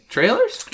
Trailers